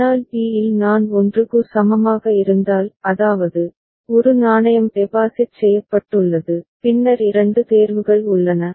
ஆனால் b இல் நான் 1 க்கு சமமாக இருந்தால் அதாவது ஒரு நாணயம் டெபாசிட் செய்யப்பட்டுள்ளது பின்னர் இரண்டு தேர்வுகள் உள்ளன